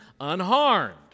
unharmed